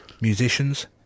Musicians